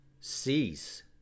cease